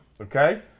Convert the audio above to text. okay